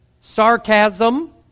sarcasm